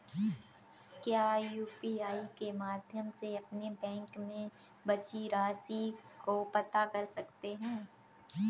क्या यू.पी.आई के माध्यम से अपने बैंक में बची राशि को पता कर सकते हैं?